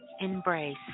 embrace